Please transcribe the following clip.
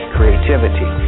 Creativity